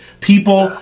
People